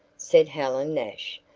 said helen nash,